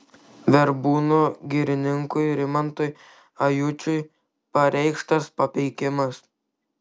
verbūnų girininkui rimantui ajučiui pareikštas papeikimas